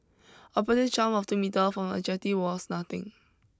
a practice jump of two metre from a jetty was nothing